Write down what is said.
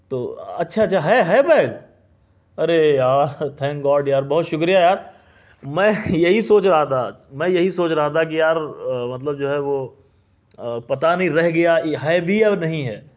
تو اچھا اچھا ہے ہے بیگ ارے یار تھینک گاڈ یار بہت شکریہ یار میں یہی سوچ رہا تھا میں یہی سوچ رہا تھا کہ یار مطلب جو ہے وہ پتہ نہیں رہ گیا ہے بھی یا نہیں ہے